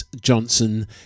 Johnson